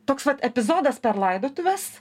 toks vat epizodas per laidotuves